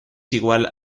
igual